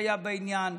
שהיה בעניין,